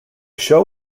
show